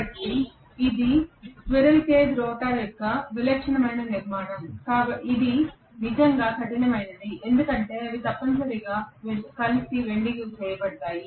కాబట్టి ఇది squirrel cage rotor యొక్క విలక్షణమైన నిర్మాణం ఇది నిజంగా కఠినమైనది ఎందుకంటే అవి తప్పనిసరిగా కలిసి వెల్డింగ్ చేయబడతాయి